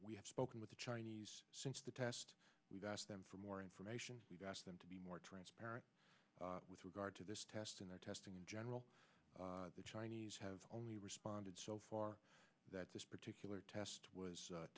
we have spoken with the chinese since the test we've asked them for more information we've asked them to be more transparent with regard to this test in their testing in general the chinese have only responded so far that this particular test was